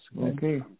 Okay